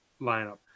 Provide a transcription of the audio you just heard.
lineup